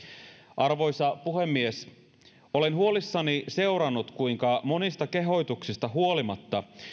arvoisa puhemies olen huolissani seurannut kuinka monista kehotuksista huolimatta